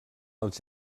als